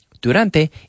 Durante